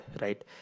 right